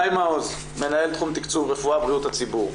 שי מעוז, מנהל תחום תקצוב רפואה בריאות הציבור.